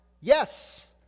yes